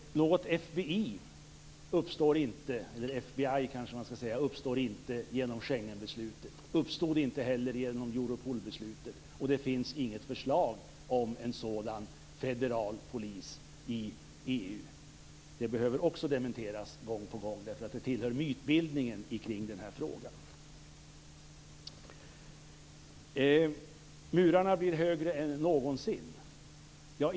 Något FBI uppstår inte genom Schengenbeslutet. Det uppstod inte heller genom Europolbeslutet, och det finns inget förslag om en sådan federal polis i EU. Detta behöver också dementeras gång på gång, eftersom det tillhör mytbildningen kring denna fråga. Det sades att murarna blir högre än någonsin.